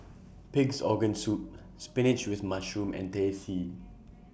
Pig'S Organ Soup Spinach with Mushroom and Teh C